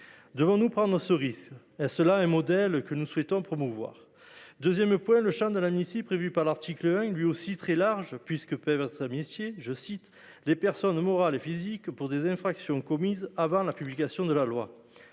Devons nous prendre ce risque ? Est ce là un modèle que nous souhaitons promouvoir ? Le champ de l’amnistie prévue par l’article 1 est lui aussi très large, puisque peuvent être amnistiées les personnes morales et physiques pour des infractions commises « avant la promulgation de la